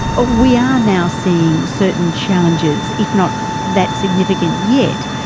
ah we are now seeing certain challenges, if not that significant yet.